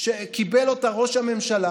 שקיבל אותה ראש הממשלה,